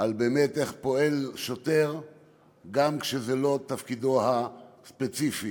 על איך באמת פועל שוטר גם כשזה לא תפקידו הספציפי.